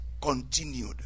continued